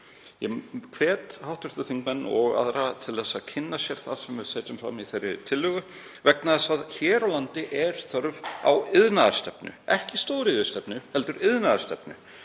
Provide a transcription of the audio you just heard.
Ég hvet hv. þingmenn og aðra til að kynna sér það sem við setjum fram í þeirri tillögu vegna þess að hér á landi er þörf á iðnaðarstefnu, ekki stóriðjustefnu heldur iðnaðarstefnu,